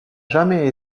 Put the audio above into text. jamais